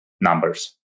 numbers